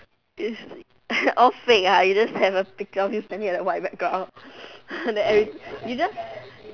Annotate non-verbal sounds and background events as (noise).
is (coughs) all fake ah you just have a picture of you standing at the white background (noise) then everything you just